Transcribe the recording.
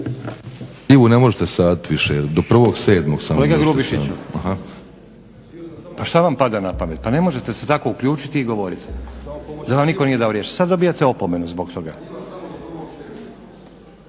se ne razumije./… **Stazić, Nenad (SDP)** Kolega Grubišiću pa što vam pada na pamet? Pa ne možete se tako uključiti i govoriti da vam nitko nije dao riječ. Sada dobivate opomenu zbog toga.